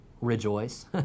Rejoice